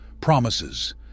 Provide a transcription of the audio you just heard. promises